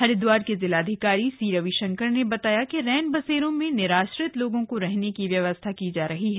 हरिद्वार के जिलाधिकारी सी रविशंकर ने बताया कि रैनबसेरों में निराश्रित लोगों को रहने की व्यवस्था की जा रही है